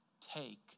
take